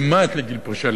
כמעט לגיל פרישה,